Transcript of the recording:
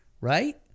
right